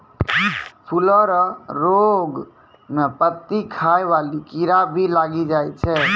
फूलो रो रोग मे पत्ती खाय वाला कीड़ा भी लागी जाय छै